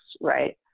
right